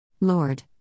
Lord